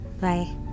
bye